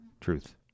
Truth